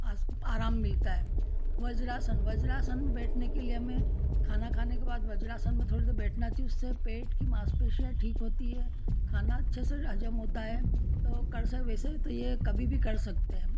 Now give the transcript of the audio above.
आस आराम मिलता है वज्रासन वज्रासन में बैठने के लिए हमें खाना खाने के बाद वज्रासन में थोड़ी देर बैठना चाहिए उससे पेट की मांसपेशियाँ ठीक होती है खाना अच्छे से हजम होता है तो कर सब ऐसे ही तो ये कभी भी कर सकते हैं हम